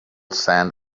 sand